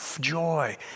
joy